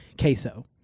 queso